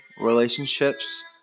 relationships